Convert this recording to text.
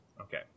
okay